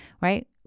right